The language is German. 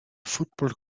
football